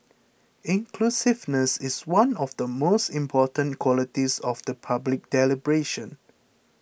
inclusiveness is one of the most important qualities of the public deliberation